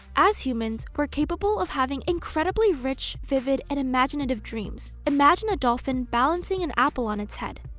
as humans, we're capable of having incredibly rich, vivid, and imaginative dreams. imagine a dolphin balancing an apple on its head.